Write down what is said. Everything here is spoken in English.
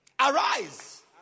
Arise